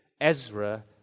Ezra